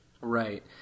Right